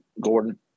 Gordon